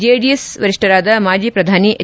JDS ವರಿಷ್ಠರಾದ ಮಾಜಿ ಪ್ರಧಾನಿ ಎಚ್